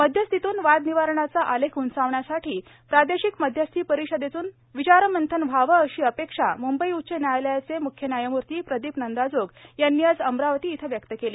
मध्यस्थीतून वादनिवारणाचा आलेख उंचावण्यासाठी प्रादेशिक मध्यस्थी परिषदेतून विचारमंथन व्हावे अशी अपेक्षा मुंबई उच्च न्यायालयाचे मुख्य न्यायमूर्ती प्रदीप नंद्राजोग यांनी आज अमरावती इथं व्यक्त केली